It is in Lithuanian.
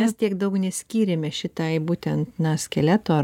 mes tiek daug neskyrėme šitai būtent na skeleto ar